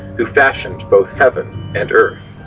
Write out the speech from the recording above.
who fashioned both heaven and earth.